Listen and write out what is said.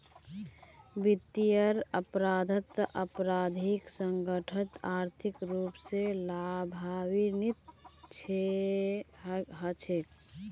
वित्तीयेर अपराधत आपराधिक संगठनत आर्थिक रूप स लाभान्वित हछेक